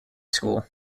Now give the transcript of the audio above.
school